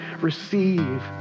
receive